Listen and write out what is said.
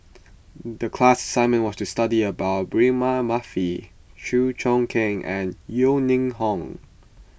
the class assignment was to study about Braema Mathi Chew Choo Keng and Yeo Ning Hong